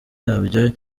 yabyo